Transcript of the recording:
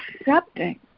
accepting